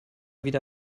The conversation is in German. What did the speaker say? wieder